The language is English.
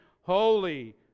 Holy